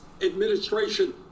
administration